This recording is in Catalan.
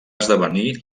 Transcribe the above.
esdevenir